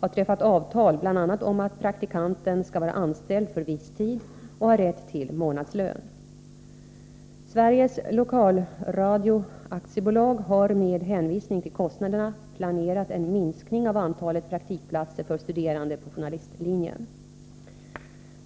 har träffat avtal bl.a. om att praktikanten skall vara anställd för viss tid och ha rätt till månadslön. Sveriges Lokalradio AB har med hänvisning till kostnaderna planerat en minskning av antalet praktikplatser för studerande på journalistlinjen.